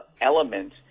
element